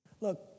Look